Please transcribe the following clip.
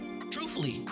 Truthfully